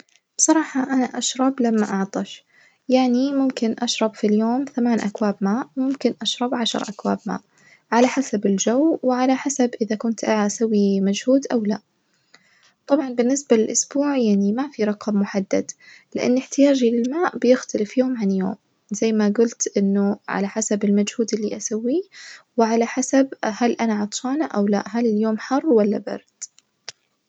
بصراحة أنا أشرب لما أعطش، يعني ممكن أشرب في اليوم ثمان أكواب ماء ممكن أشرب عشر أكواب ماء على حسب الجو وعلى حسب إذا كنت أ- أسوي مجهود أو لا طبعًا بالنسبة للأسبوع ما في رقم محدد لإن احتياجي للماء بيختلف يوم عن يوم زي ما جولت إنه على حسب المجهود اللي أسويه وعلى حسب هل أنا عطشانة وألا لأ، هل اليوم حر وألا برد.